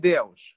Deus